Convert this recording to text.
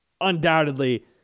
undoubtedly